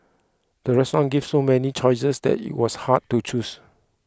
the restaurant gave so many choices that it was hard to choose